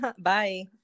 Bye